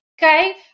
Okay